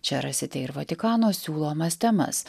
čia rasite ir vatikano siūlomas temas